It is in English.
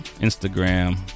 Instagram